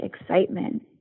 excitement